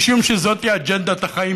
משום שזאת אג'נדת החיים.